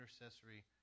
intercessory